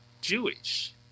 Jewish